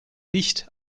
nicht